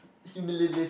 humililist